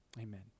Amen